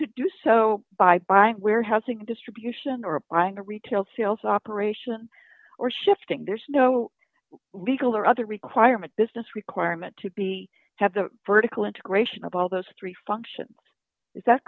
do so by buying warehousing distribution or buying a retail sales operation or shifting there's no legal or other requirement business requirement to be have the vertical integration of all those three functions is that